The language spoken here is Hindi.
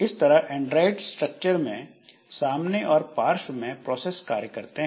इस तरह एंड्राइड स्ट्रक्चर में सामने और पार्श्व में प्रोसेस कार्य करते हैं